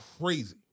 crazy